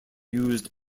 used